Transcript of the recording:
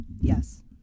Yes